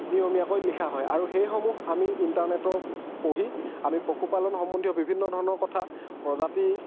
নিয়মিয়াকৈ লিখা হয় আৰু সেইসমূহ আমি ইন্টাৰনেটত পঢ়ি আমি পশু পালন সম্বন্ধীয় বিভিন্ন ধৰণৰ কথা প্ৰজাতি